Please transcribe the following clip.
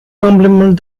compliment